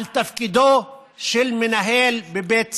על תפקידו של מנהל בבית ספר,